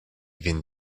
vin